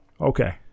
okay